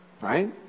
Right